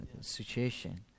situation